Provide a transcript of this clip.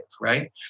right